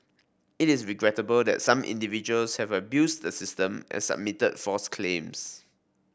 it is regrettable that some individuals have abused the system and submitted false claims